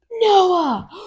Noah